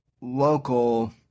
local